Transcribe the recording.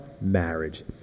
marriage